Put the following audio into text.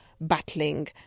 battling